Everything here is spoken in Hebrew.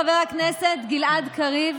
חבר הכנסת קרעי,